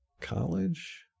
college